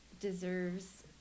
deserves